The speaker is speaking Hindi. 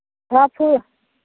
छः फूल